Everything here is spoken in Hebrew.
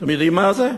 אתם יודעים מה זה?